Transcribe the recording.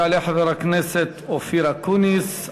יעלה חבר הכנסת אופיר אקוניס,